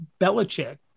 Belichick